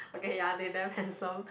okay ya they damn handsome